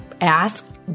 ask